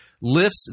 lifts